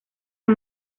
del